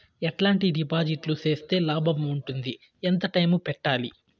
ఎట్లాంటి డిపాజిట్లు సేస్తే లాభం ఉంటుంది? ఎంత టైము పెట్టాలి?